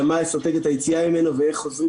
אלא מה אסטרטגיית היציאה ממנו ואיך חוזרים